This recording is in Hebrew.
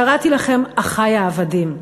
קראתי לכם: אחי העבדים.